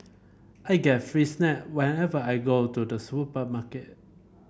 I get free snack whenever I go to the supermarket